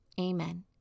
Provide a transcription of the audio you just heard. Amen